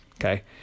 Okay